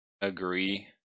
agree